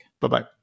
Bye-bye